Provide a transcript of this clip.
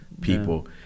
people